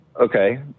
okay